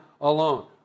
alone